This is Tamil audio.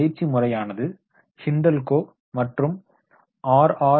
இப்பயிற்சி முறையானது ஹிண்டல்கோ மற்றும் ஆர்